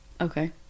Okay